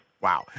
Wow